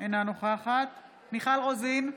אינה נוכחת מיכל רוזין,